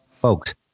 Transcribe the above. Folks